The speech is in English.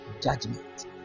judgment